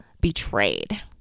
betrayed